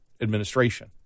administration